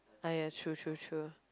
!aiya! true true true